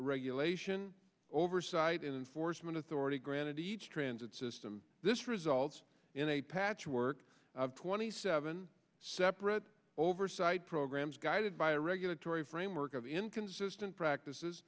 regulation oversight in enforcement authority granted each transit system this results in a patchwork of twenty seven separate oversight programs guided by a regulatory framework of inconsistent practices